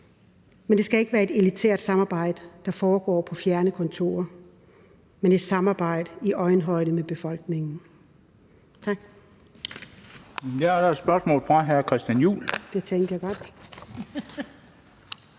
Men det skal ikke være et elitært samarbejde, der foregår på fjerne kontorer, men et samarbejde i øjenhøjde med befolkningen.